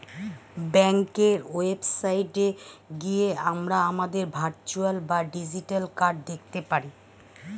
ব্যাঙ্কের ওয়েবসাইটে গিয়ে আমরা আমাদের ভার্চুয়াল বা ডিজিটাল কার্ড দেখতে পারি